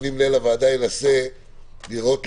אדוני מנהל הוועדה ינסה לראות,